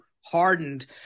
hardened